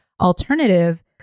alternative